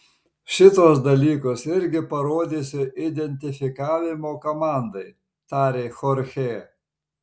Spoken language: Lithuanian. šituos dalykus irgi parodysiu identifikavimo komandai tarė chorchė